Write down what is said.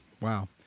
wow